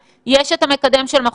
יש את המקדם של המל"ל,